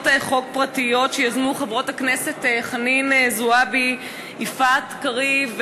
חוק פרטיות שיזמו חברות הכנסת חנין זועבי ויפעת קריב,